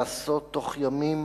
לעשות בתוך ימים.